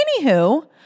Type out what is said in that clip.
Anywho